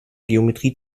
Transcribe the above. geometrie